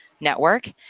network